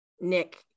Nick